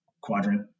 quadrant